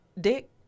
dick